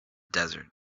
desert